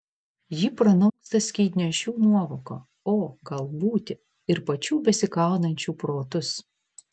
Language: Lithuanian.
ji pranoksta skydnešių nuovoką o gal būti ir pačių besikaunančių protus